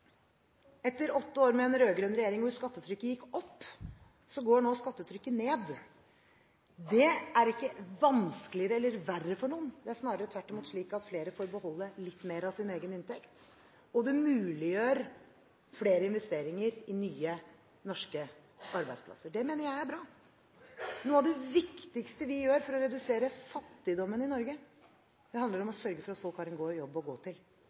etter åtte år med en rød-grønn regjering hvor skattetrykket gikk opp, går nå skattetrykket ned. Det er ikke vanskeligere eller verre for noen. Det er snarere slik at flere får beholde litt mer av sin egen inntekt, og det muliggjør flere investeringer i nye norske arbeidsplasser. Det mener jeg er bra. Noe av det viktigste vi gjør for å redusere fattigdommen i Norge, handler om å sørge for at folk har en jobb å gå til.